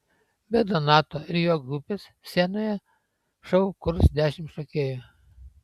be donato ir jo grupės scenoje šou kurs dešimt šokėjų